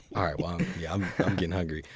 alright, well yeah i'm getting hungry.